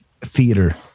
theater